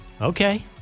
Okay